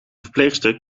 verpleegster